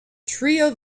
trio